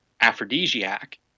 aphrodisiac